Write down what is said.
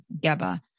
GABA